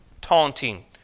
taunting